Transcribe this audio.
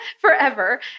forever